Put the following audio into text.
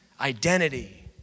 identity